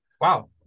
Wow